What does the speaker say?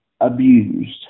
abused